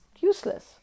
useless